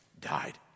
died